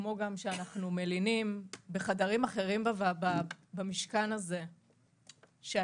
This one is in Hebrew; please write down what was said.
כמו גם שאנחנו מלינים בחדרים אחרים במשכן הזה שעדיף